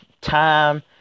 time